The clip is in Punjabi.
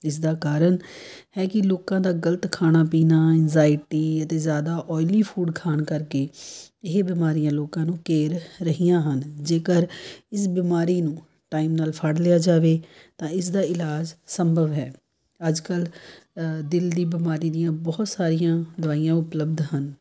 ਇਸਦਾ ਕਾਰਨ ਹੈ ਕਿ ਲੋਕਾਂ ਦਾ ਗਲਤ ਖਾਣਾ ਪੀਣਾ ਇੰਜਾਇਟੀ ਅਤੇ ਜ਼ਿਆਦਾ ਓਇਲੀ ਫੂਡ ਖਾਣ ਕਰਕੇ ਇਹ ਬਿਮਾਰੀਆਂ ਲੋਕਾਂ ਨੂੰ ਘੇਰ ਰਹੀਆਂ ਹਨ ਜੇਕਰ ਇਸ ਬਿਮਾਰੀ ਨੂੰ ਟਾਈਮ ਨਾਲ ਫੜ ਲਿਆ ਜਾਵੇ ਤਾਂ ਇਸ ਦਾ ਇਲਾਜ ਸੰਭਵ ਹੈ ਅੱਜ ਕੱਲ੍ਹ ਦਿਲ ਦੀ ਬਿਮਾਰੀ ਦੀਆਂ ਬਹੁਤ ਸਾਰੀਆਂ ਦਵਾਈਆਂ ਉਪਲਬਧ ਹਨ